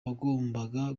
wagombaga